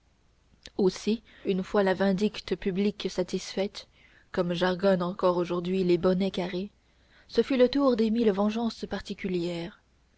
aussi une fois la vindicte publique satisfaite comme jargonnent encore aujourd'hui les bonnets carrés ce fut le tour des mille vengeances particulières